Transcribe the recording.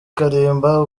kalimba